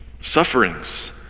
Sufferings